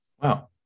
Wow